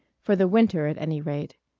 for the winter at any rate.